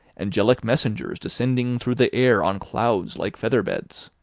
angelic messengers descending through the air on clouds like feather-beds,